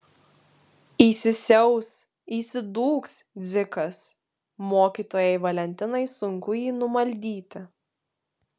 įsisiaus įsidūks dzikas mokytojai valentinai sunku jį numaldyti